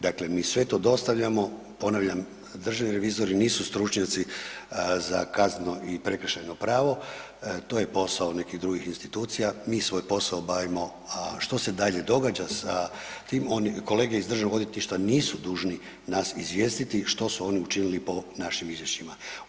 Dakle, mi sve to dostavljamo, ponavljam, državni revizori nisu stručnjaci za kazneno i prekršajno pravo, to je posao nekih drugih institucija, mi svoj posao obavimo, što se dalje događa sa tim, oni, kolege iz državnog odvjetništva nisu dužni nas izvijestiti što su oni učinili po našim izvješćima.